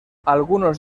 algunos